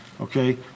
okay